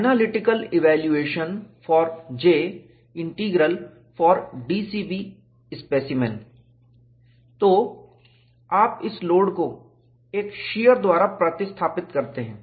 analytical evaluation for J integral for DCB specimen तो आप इस लोड को एक शीयर द्वारा प्रतिस्थापित करते हैं